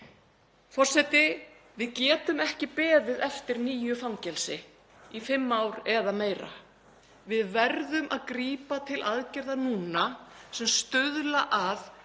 Forseti. Við getum ekki beðið eftir nýju fangelsi í fimm ár eða meira. Við verðum að grípa til aðgerða núna sem stuðla að